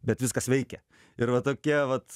bet viskas veikia ir va tokie vat